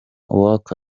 uwaka